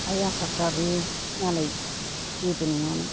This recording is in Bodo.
आइ आफाफोराबो मालाय जेबो नङामोन